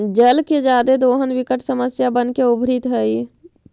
जल के जादे दोहन विकट समस्या बनके उभरित हई